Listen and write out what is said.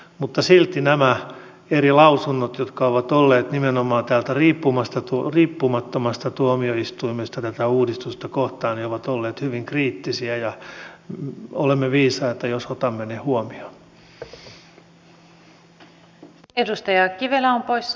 mutta silti nämä eri lausunnot jotka ovat olleet nimenomaan täältä riippumattomasta tuomioistuimesta tätä uudistusta kohtaan ovat olleet hyvin kriittisiä ja olemme viisaita jos otamme ne huomioon